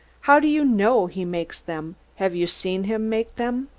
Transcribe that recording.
how do you know he makes them? have you seen him make them?